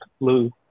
Blue